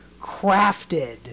crafted